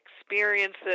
experiences